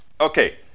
Okay